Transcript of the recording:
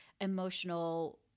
emotional